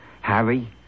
Harry